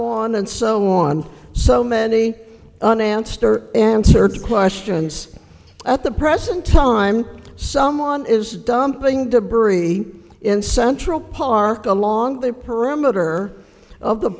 on and so on so many unanswered answered questions at the present time someone is dumping debris in central park along the perimeter of the